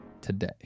today